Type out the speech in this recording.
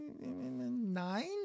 nine